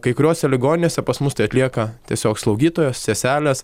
kai kuriose ligoninėse pas mus tai atlieka tiesiog slaugytojos seselės